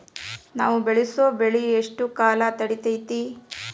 ನಾವು ಬೆಳಸೋ ಬೆಳಿ ಎಷ್ಟು ಕಾಲ ತಡೇತೇತಿ?